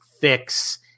fix